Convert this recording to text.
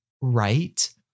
right